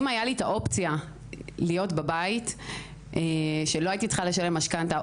האופציה להיות בבית ולא הייתי צריכה לשלם משכנתה,